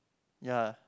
ya